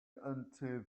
into